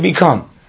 become